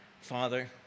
Father